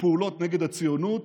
לפעולות נגד הציונות,